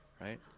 right